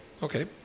Okay